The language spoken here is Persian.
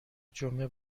جمعه